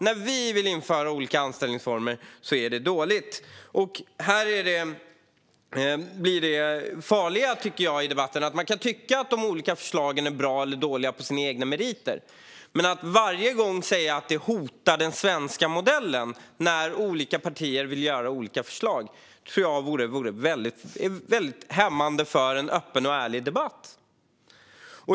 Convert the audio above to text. När vi vill införa olika anställningsformer är det dåligt. Man kan tycka att de olika förslagen är bra eller dåliga, baserat på egna meriter. Men debatten blir farlig om man varje gång olika partier vill genomföra olika förslag säger att det hotar den svenska modellen. Jag tror att det vore väldigt hämmande för en öppen och ärlig debatt.